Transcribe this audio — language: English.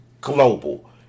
global